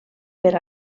per